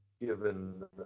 given